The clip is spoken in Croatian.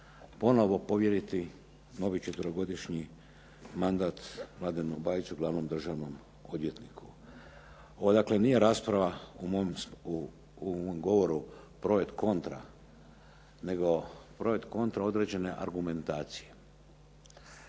ponovno povjeriti novi četverogodišnji mandat Mladenu Bajiću glavnom državnom odvjetniku. Ovo dakle nije rasprava u mom govoru pro and contra nego pro and contra određene argumentacije.